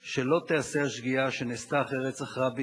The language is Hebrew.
שלא תיעשה השגיאה שנעשתה אחרי רצח רבין,